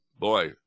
boy